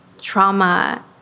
trauma